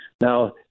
Now